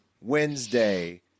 Wednesday